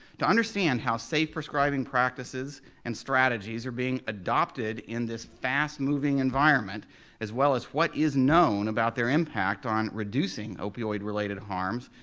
to understand how safe prescribing practices and strategies are being adopted in this fast-moving environment as well as what is known about their impact on reducing opioid-related harms,